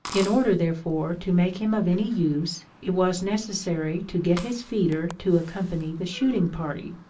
in order, therefore, to make him of any use, it was necessary to get his feeder to accompany the shooting party,